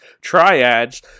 Triads